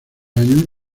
años